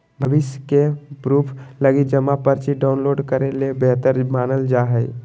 भविष्य के प्रूफ लगी जमा पर्ची डाउनलोड करे ल बेहतर मानल जा हय